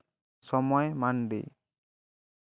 ᱥᱚᱢᱟᱭ ᱢᱟᱱᱰᱤ